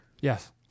Yes